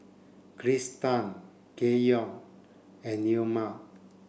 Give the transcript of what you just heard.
kristan Keyon and Neoma